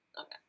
Okay